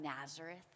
Nazareth